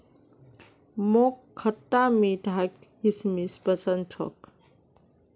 मोक खटता मीठा किशमिश पसंद छोक